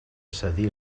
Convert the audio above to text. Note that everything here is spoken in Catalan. cedir